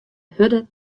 hurde